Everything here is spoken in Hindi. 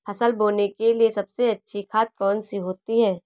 फसल बोने के लिए सबसे अच्छी खाद कौन सी होती है?